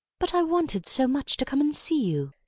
but i wanted so much to come and see you.